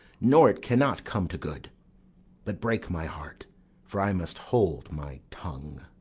nor it cannot come to good but break my heart for i must hold my tongue!